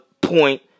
point